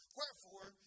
Wherefore